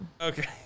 Okay